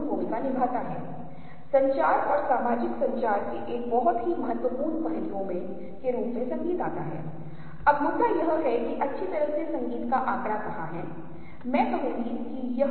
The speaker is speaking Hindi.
यदि आपको शुरुआत में याद है कि मैंने फ्रेम के बारे में बात की है तोआप फ्रेम के भीतर मेरा चेहरा देख पा रहे हैं आप फ्रेम के भीतर पावर पॉइंट देख पा रहे हैं आप अपने कंप्यूटर के फ्रेम के भीतर जो कुछ भी देख सकते हैं बिल्डिंग या जो भी हो खिड़की जो भी हो